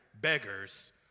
beggars